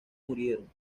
murieron